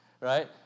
right